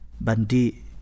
Bandi